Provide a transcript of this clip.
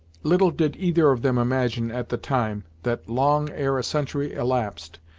little did either of them imagine at the time that long ere a century elapsed,